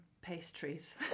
pastries